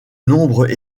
nombres